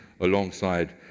alongside